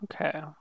Okay